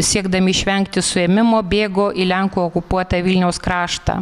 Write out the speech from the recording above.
siekdami išvengti suėmimo bėgo į lenkų okupuotą vilniaus kraštą